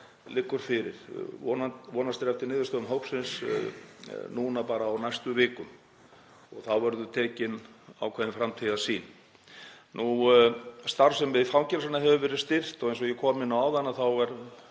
liggur fyrir. Vonast er eftir niðurstöðum hópsins núna bara á næstu vikum. Þá verður tekin ákveðin framtíðarsýn. Starfsemi fangelsanna hefur verið styrkt og eins og ég kom inn á áðan er